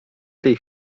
tej